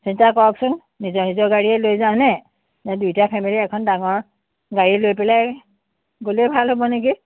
চিন্তা কৰকচোন নিজৰ নিজৰ গাড়ীয়ে লৈ যাওঁনে নে দুইটা ফেমিলী এখন ডাঙৰ গাড়ী লৈ পেলাই গ'লে ভাল হ'ব নেকি